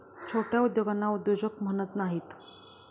छोट्या उद्योगांना उद्योजक म्हणत नाहीत